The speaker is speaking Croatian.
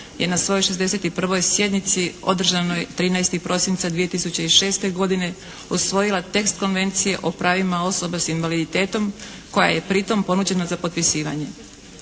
je na svojoj 61. sjednici održanoj 13. prosinca 2006. godine usvojila tekst Konvencije o pravima osoba s invaliditetom koja je pritom ponuđena za potpisivanje.